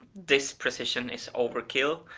this precision is overkill,